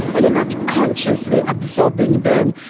and you're not consciously absorbing them,